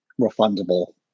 refundable